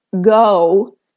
go